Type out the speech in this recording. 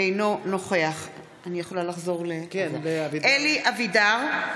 אינו נוכח אלי אבידר,